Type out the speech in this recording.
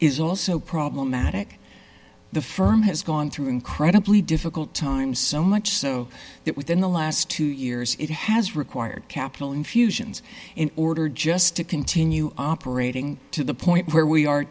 is also problematic the firm has gone through incredibly difficult times so much so that within the last two years it has required capital infusions in order just to continue operating to the point where we are